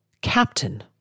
captain